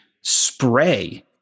spray